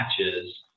matches